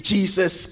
Jesus